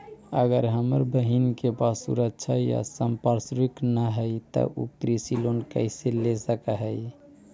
अगर हमर बहिन के पास सुरक्षा या संपार्श्विक ना हई त उ कृषि लोन कईसे ले सक हई?